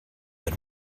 that